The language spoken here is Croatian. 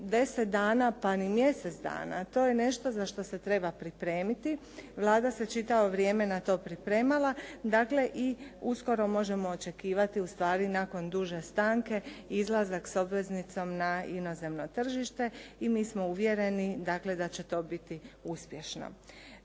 deset dana pa ni mjesec dana, to je nešto za što se treba pripremiti. Vlada se čitavo vrijeme na to pripremala, dakle i uskoro možemo očekivati ustvari nakon duže stanke izlazak s obveznicom na inozemno tržište i mi smo uvjereni dakle da će to biti uspješno.